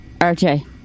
RJ